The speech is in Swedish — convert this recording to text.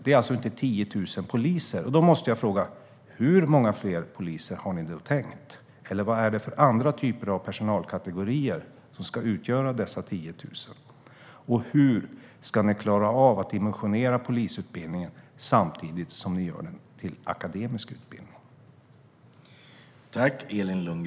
Det är alltså inte 10 000 poliser. Då måste jag fråga: Hur många fler poliser har ni tänkt? Vilka andra typer av personalkategorier ska utgöra dessa 10 000? Och hur ska ni klara av att dimensionera polisutbildningen samtidigt som ni gör den till en akademisk utbildning?